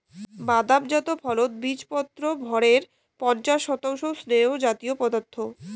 বাদাম জাত ফলত বীচপত্রর ভরের পঞ্চাশ শতাংশ স্নেহজাতীয় পদার্থ